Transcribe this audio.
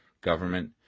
government